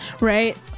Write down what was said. right